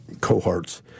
cohorts